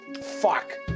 Fuck